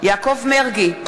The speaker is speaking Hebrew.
יעקב מרגי,